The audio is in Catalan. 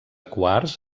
quars